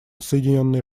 соединенные